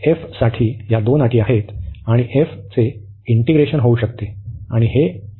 तर f साठी या दोन अटी आहेत f चे इंटीग्रेशन होऊ शकते